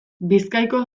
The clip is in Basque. bizkaiko